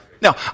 Now